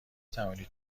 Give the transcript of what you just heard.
توانید